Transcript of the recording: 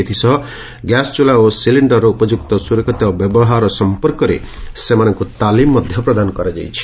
ଏଥି ସହ ଗ୍ୟାସ୍ ଚୁଲା ଓ ସିଲିଣ୍ଡରର ଉପଯୁକ୍ତ ସୁରକ୍ଷିତ ବ୍ୟବହାର ସମ୍ମର୍କରେ ସେମାନଙ୍କୁ ତାଲିମ୍ ପ୍ରଦାନ କରାଯାଇଛି